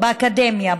באקדמיה,